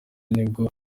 nibwo